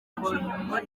mbonyumutwa